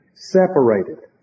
Separated